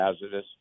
hazardous